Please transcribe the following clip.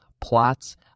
plots